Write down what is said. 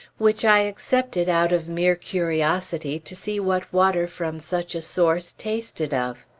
which i accepted out of mere curiosity to see what water from such a source tasted of.